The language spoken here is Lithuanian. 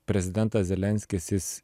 prezidentas zelenskis jis